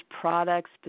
products